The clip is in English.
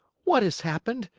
what has happened?